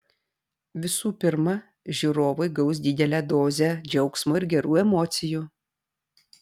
visų pirma žiūrovai gaus didelę dozę džiaugsmo ir gerų emocijų